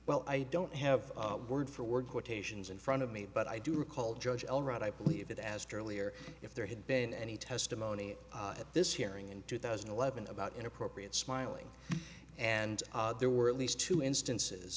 well i don't have word for word quotations in front of me but i do recall judge all right i believe that as to earlier if there had been any testimony at this hearing in two thousand and eleven about inappropriate smiling and there were at least two instances